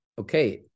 okay